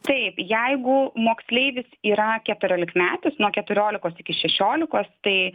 taip jeigu moksleivis yra keturiolikmetis nuo keturiolikos iki šešiolikos tai